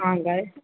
हँ गाबैत छी